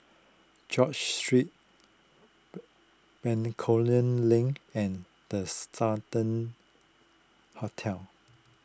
George Street Bencoolen Link and the Sultan Hotel